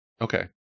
okay